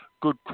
good